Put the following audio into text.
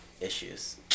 issues